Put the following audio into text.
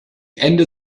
ende